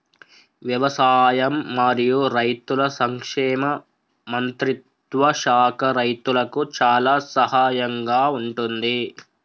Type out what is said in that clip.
వ్యవసాయం మరియు రైతుల సంక్షేమ మంత్రిత్వ శాఖ రైతులకు చాలా సహాయం గా ఉంటుంది